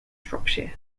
shropshire